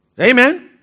Amen